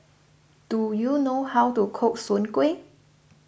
do you know how to cook Soon Kway